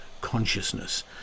consciousness